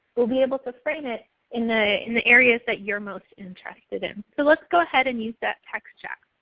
we'll be able to frame it in the in the areas that you're most interested in. so let's go ahead and use that text chat.